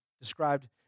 described